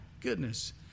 goodness